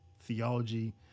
theology